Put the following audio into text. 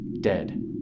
dead